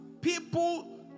People